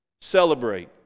celebrate